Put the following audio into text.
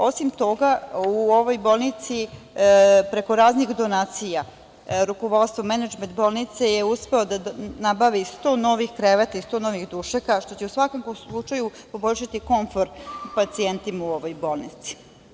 Osim toga u ovoj bolnici, preko raznih donacija, rukovodstvo, menadžment bolnice je uspeo da nabavi 100 novih kreveta i 100 novih dušeka, što je u svakom slučaju poboljšati komfor pacijentima u ovoj bolnici.